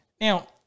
Now